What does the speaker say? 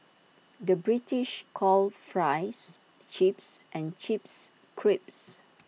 the British calls Fries Chips and chips crips